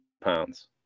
pounds